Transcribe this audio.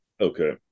Okay